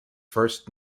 first